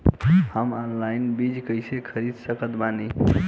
हम ऑनलाइन बीज कइसे खरीद सकत बानी?